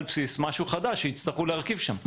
אם זה יהיה על בסיס משהו חדש שיצטרכו להרכיב שם.